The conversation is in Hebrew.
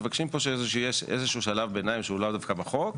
מבקשים פה שיש איזה שהוא שלב ביניים שהוא לאו דווקא בחוק,